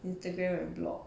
instagram and blog